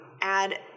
add